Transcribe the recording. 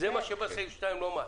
זה מה שבא סעיף (2) לומר?